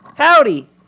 Howdy